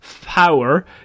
power